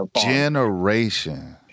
generation